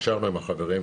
נשארנו עם החברים.